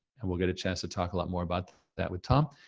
and we'll get a chance to talk a lot more about that with tom,